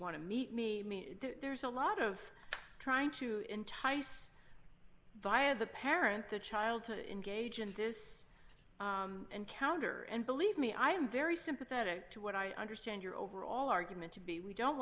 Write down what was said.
want to meet me there's a lot of trying to entice via the parent the child to engage in this encounter and believe me i am very sympathetic to what i understand your overall argument to be we don't